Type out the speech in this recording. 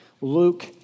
Luke